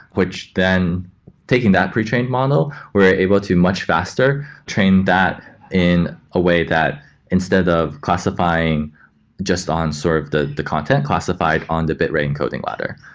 which then taking that pre-trained model, we are able to much faster train that in a way that instead of classifying just on sort of the the content classified on the bitrate encoding ladder.